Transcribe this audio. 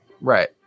Right